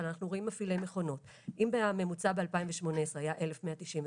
במפעילי מכונות - אם הממוצע בשנת 2018 היה 1,193,